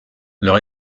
leur